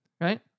right